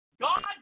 God